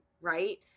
right